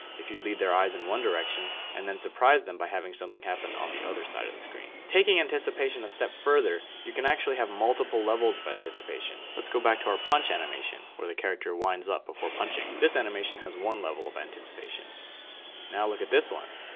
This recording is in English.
if you lead their eyes in one direction and then surprise them by having something happen on the other side of the screen. taking anticipation of step further you can actually have multiple levels of anticipation let's go back to our punch animation where the character winds up before punching. this animation has one level of anticipation now look at this one.